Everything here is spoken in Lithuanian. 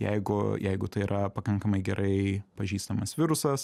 jeigu jeigu tai yra pakankamai gerai pažįstamas virusas